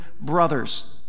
brothers